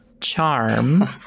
charm